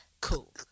Cool